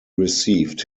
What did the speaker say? received